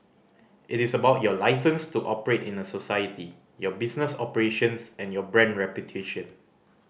it is about your licence to operate in a society your business operations and your brand reputation